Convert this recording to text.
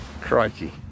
Crikey